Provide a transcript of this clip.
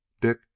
Dick